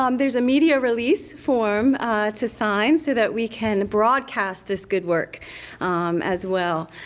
um there's a media release form to sign so that we can broadcast this good work as well.